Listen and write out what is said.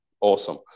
awesome